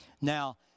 now